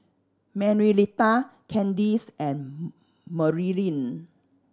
Manuelita Kandice and Marilyn